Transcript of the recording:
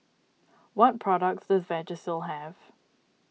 what products does Vagisil have